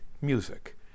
music